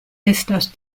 estas